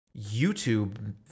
YouTube